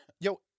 yo